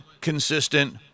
consistent